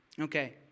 Okay